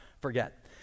forget